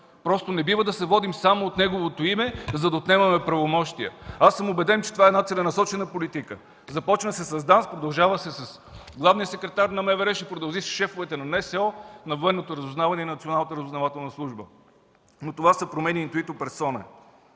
Просто не бива да се водим само от неговото име, за да отнемаме правомощия. Аз съм убеден, че това е една целенасочена политика. Започва се с ДАНС, продължава се с главния секретар на МВР, ще продължи с шефовете на НСО, на Военното разузнавате и на